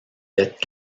dettes